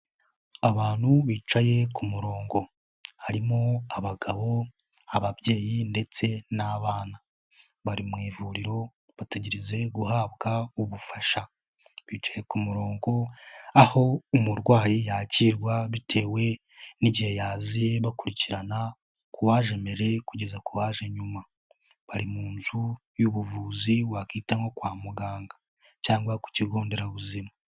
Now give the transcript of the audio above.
Abantu bicaye ku murongo harimo abagabo, ababyeyi ndetse n'abana, bari mu ivuriro bategereje guhabwa ubufasha, bicaye ku murongo aho umurwayi yakirwa bitewe n'igihe yaziye bakurikirana ku uwaje mbere kugeza ku uwaje nyuma, bari mu nzu y'ubuvuzi wakita nko kwa muganga cyangwa ku kigo nderabuzima.